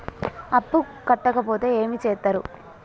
అప్పు కట్టకపోతే ఏమి చేత్తరు?